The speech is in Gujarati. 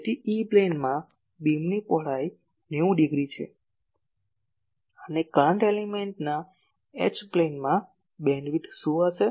તેથી ઇ પ્લેનમાં બીમની પહોળાઈ 90 ડિગ્રી છે અને કરંટ એલિમેન્ટના H પ્લેનમાં બેન્ડવિડ્થ શું હશે